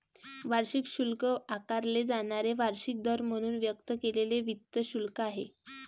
वार्षिक शुल्क आकारले जाणारे वार्षिक दर म्हणून व्यक्त केलेले वित्त शुल्क आहे